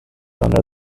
under